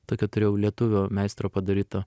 tokią turėjau lietuvio meistro padarytą